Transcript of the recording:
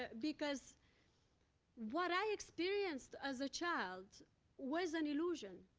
ah because what i experienced as a child was an illusion,